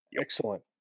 excellent